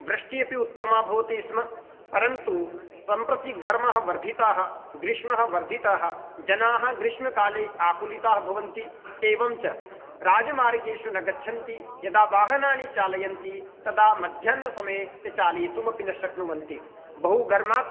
वृष्टिः अपि उत्तमा भवति स्म परन्तु सम्प्रति घर्मः वर्धितः ग्रीष्मः वर्धितः जनाः ग्रीष्मकाले आकुलिताः भवन्ति एवं च राजमार्गेषु न गच्छन्ति यदा वाहनानि चालयन्ति तदा मध्याह्नसमये ते चालयितुम् अपि न शक्नुवन्ति बहुघर्मात्